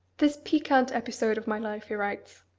this piquant episode of my life, he writes,